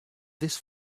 this